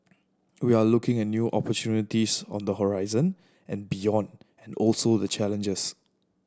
we are looking at new opportunities on the horizon and beyond and also the challenges